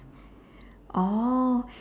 oh